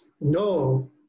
no